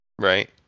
Right